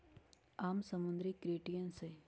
आम समुद्री क्रस्टेशियंस हई